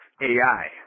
AI